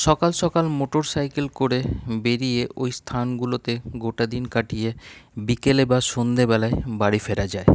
সকাল সকাল motorcycle করে বেড়িয়ে ওই স্থানগুলোতে গোটা দিন কাটিয়ে বিকেলে বা সন্ধ্যাবেলায় বাড়ি ফেরা যায়